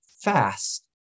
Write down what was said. fast